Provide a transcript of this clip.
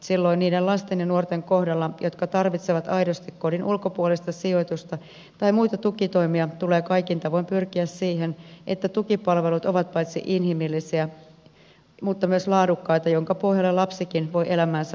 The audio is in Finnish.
silloin niiden lasten ja nuorten kohdalla jotka tarvitsevat aidosti kodin ulkopuolista sijoitusta tai muita tukitoimia tulee kaikin tavoin pyrkiä siihen että tukipalvelut ovat paitsi inhimillisiä myös laadukkaita ja niiden pohjalle lapsikin voi elämäänsä luottavaisesti rakentaa